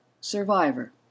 survivor